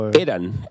Eran